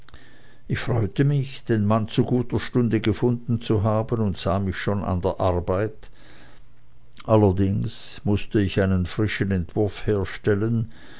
ich freute mich den mann zu guter stunde gefunden zu haben und sah mich schon an der arbeit allerdings mußte ich einen frischen entwurf herstellen